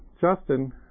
Justin